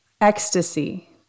Ecstasy